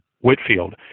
Whitfield